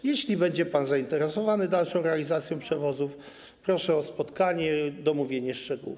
Jeśli będzie pan zainteresowany dalszą realizacją przewozów, proszę o spotkanie i domówienie szczegółów.